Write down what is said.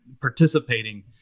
participating